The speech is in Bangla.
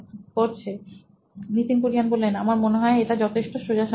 Nitin Kurian C O O নোইন ইলেক্ট্রনিক্স আমার মনে হয় এটা যথেষ্ট সোজাসাপ্টা